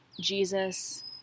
jesus